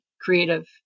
creative